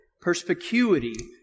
perspicuity